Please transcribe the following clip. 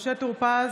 משה טור פז,